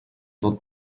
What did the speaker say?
tot